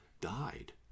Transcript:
died